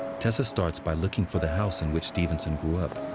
tessa starts by looking for the house in which stevenson grew up.